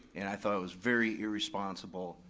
and i thought it was very irresponsible,